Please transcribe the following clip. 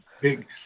Big